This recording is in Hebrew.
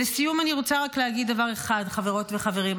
לסיום, אני רוצה רק להגיד דבר אחד, חברות וחברים.